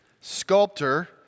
sculptor